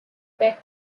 peck